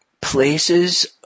places